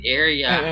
area